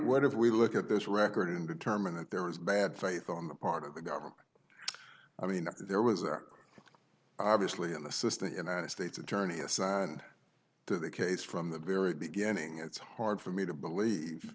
would if we look at this record and determine that there is bad faith on the part of the government i mean there was there are obviously an assistant united states attorney assigned to the case from the very beginning it's hard for me to believe